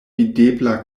videbla